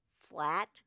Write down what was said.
flat